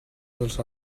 dels